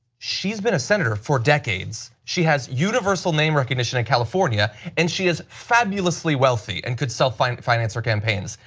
she has been a senator for decades, she has universal name recognition in california and she is fabulously wealthy and could so some financer campaigns.